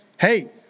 hey